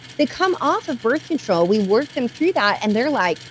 they come off of birth control, we work them through that, and they're like,